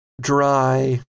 dry